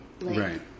Right